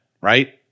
right